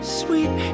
sweet